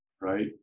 Right